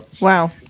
Wow